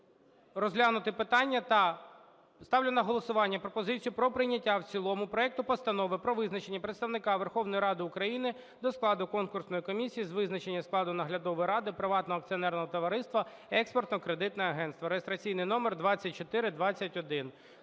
розглянути питання та ставлю на голосування пропозицію про прийняття в цілому проекту Постанови про визначення представника Верховної Ради України до складу конкурсної комісії з визначення складу наглядової ради приватного акціонерного товариства "Експортно-кредитне агентство" (реєстраційний номер 2421).